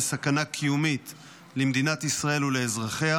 סכנה קיומית למדינת ישראל ולאזרחיה.